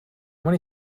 many